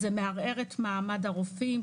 זה מערער את מעמד הרופאים,